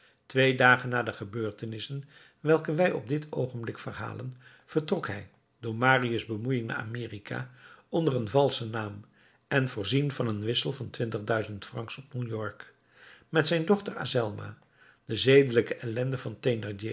twee dagen na de gebeurtenissen welke wij op dit oogenblik verhalen vertrok hij door marius bemoeiing naar amerika onder een valschen naam en voorzien van een wissel van twintigduizend francs op new-york met zijn dochter azelma de zedelijke ellende van